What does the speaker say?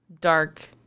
dark